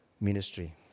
ministry